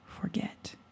forget